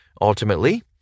Ultimately